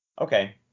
Okay